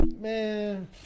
Man